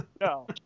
No